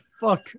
fuck